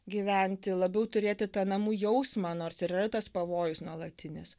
gyventi labiau turėti tą namų jausmą nors ir yra tas pavojus nuolatinis